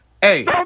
hey